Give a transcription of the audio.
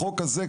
בחוק הזה,